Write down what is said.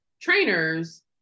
trainers